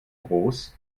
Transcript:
groß